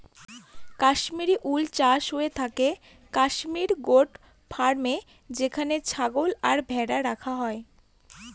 কাশ্মিরী উল চাষ হয়ে থাকে কাশ্মির গোট ফার্মে যেখানে ছাগল আর ভেড়া রাখা হয়